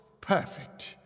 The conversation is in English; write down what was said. perfect